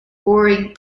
boring